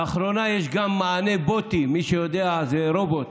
לאחרונה יש גם מענה בוטי, למי שיודע, שזה רובוט.